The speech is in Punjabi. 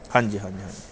ਹਾਂਜੀ ਹਾਂਜੀ ਹਾਂਜੀ